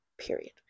Period